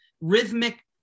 rhythmic